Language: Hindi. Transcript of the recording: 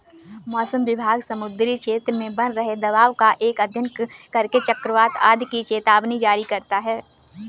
मौसम विभाग समुद्री क्षेत्र में बन रहे दबाव का अध्ययन करके चक्रवात आदि की चेतावनी जारी करता है